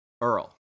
earl